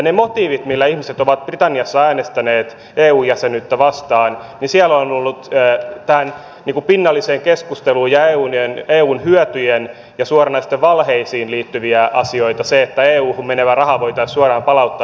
niitä motiiveja millä ihmiset ovat britanniassa äänestäneet eu jäsenyyttä vastaan on ollut tähän pinnalliseen keskusteluun ja eun hyötyihin ja suoranaisiin valheisiin liittyviä asioita se että euhun menevä raha voitaisiin suoraan palauttaa johonkin muuhun